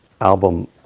album